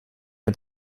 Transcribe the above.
mit